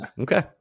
Okay